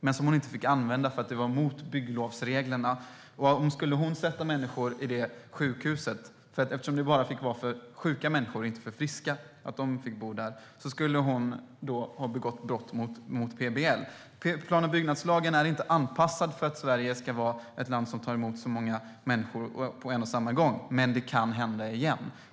Hon fick dock inte använda det eftersom det var mot bygglovsreglerna. Om hon hade placerat människor på det sjukhuset skulle hon ha begått brott mot PBL, eftersom bara sjuka människor - inte friska - fick bo där. Plan och bygglagen är inte anpassad för att Sverige ska vara ett land som tar emot så många människor på en och samma gång. Men det kan hända igen.